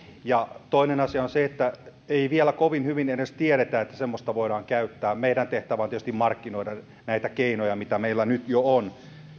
toinen asia on se että ei vielä kovin hyvin edes tiedetä että semmoista voidaan käyttää meidän tehtävämme on tietysti markkinoida näitä keinoja mitä meillä nyt jo on